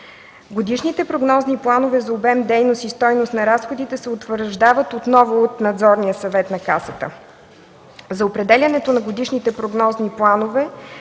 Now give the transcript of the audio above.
Годишните прогнозни планове за обем дейност и стойност на разходите се утвърждават отново от Надзорния съвет на Касата. За определянето на годишните прогнозни планове